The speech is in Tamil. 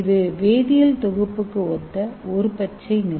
இது வேதியியல் தொகுப்புக்கு ஒத்த ஒரு பச்சை முறை